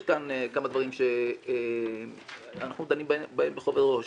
יש כאן כמה דברים שאנחנו דנים בהם בכובד ראש.